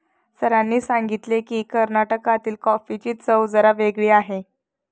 सरांनी सांगितले की, कर्नाटकातील कॉफीची चव जरा वेगळी आहे